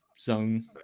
zone